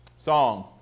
song